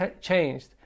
changed